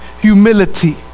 humility